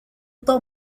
tal